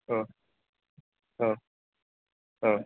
अ अ अ